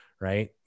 right